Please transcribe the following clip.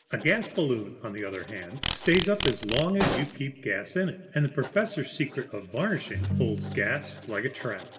a gas-balloon, on the other hand, stays up as long as you keep gas in it, and the professor's secret of varnishing holds gas like a trap.